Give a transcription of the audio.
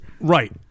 Right